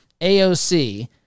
AOC